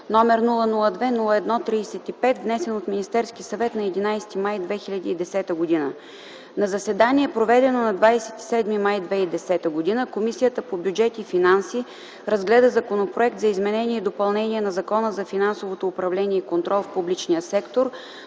№ 002-01-35, внесен от Министерския съвет на 11 май 2010 г. На заседание, проведено на 27 май 2010 г., Комисията по бюджет и финанси разгледа Законопроект за изменение и допълнение на Закона за финансовото управление и контрол в публичния сектор,